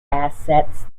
assets